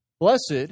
Blessed